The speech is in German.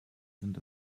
sind